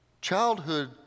Childhood